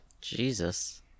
Jesus